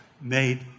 made